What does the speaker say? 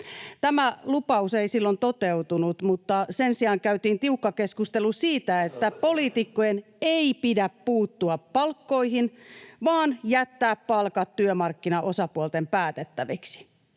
Tämä lupaus ei silloin toteutunut, mutta sen sijaan käytiin tiukka keskustelu siitä, että poliitikkojen ei pidä puuttua palkkoihin vaan jättää palkat työmarkkinaosapuolten päätettäviksi.